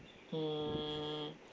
mm